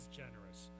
generous